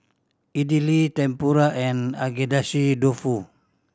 Idili Tempura and Agedashi Dofu